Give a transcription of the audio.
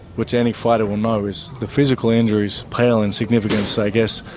which any fighter will know is the physical injuries pale in significance, i guess,